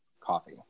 Coffee